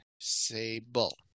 Sable